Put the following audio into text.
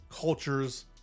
cultures